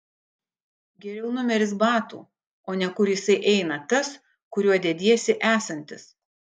geriau numeris batų o ne kur jisai eina tas kuriuo dediesi esantis